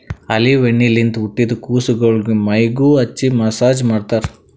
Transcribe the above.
olive ಎಣ್ಣಿಲಿಂತ್ ಹುಟ್ಟಿದ್ ಕುಸಗೊಳಿಗ್ ಮೈಗ್ ಹಚ್ಚಿ ಮಸ್ಸಾಜ್ ಮಾಡ್ತರ್